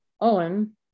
Owen